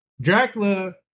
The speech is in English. Dracula